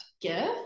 gift